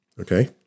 Okay